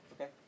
Okay